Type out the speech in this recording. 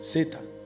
Satan